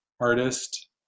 artist